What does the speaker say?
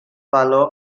fellow